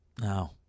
No